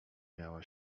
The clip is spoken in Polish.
miała